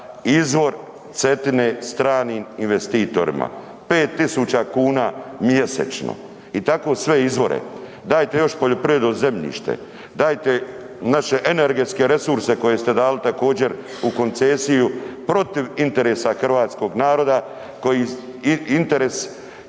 izvor Cetine stranim investitorima. 5.000 kuna mjesečno. I tako sve izvore. Daje još poljoprivredno zemljište, dajte naše energetske resurse koje ste dali također u koncesiju protiv interesa hrvatskog naroda, interes